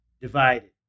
divided